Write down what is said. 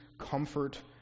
comfort